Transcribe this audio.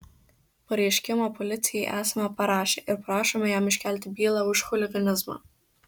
pareiškimą policijai esame parašę ir prašome jam iškelti bylą už chuliganizmą